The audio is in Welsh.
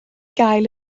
gael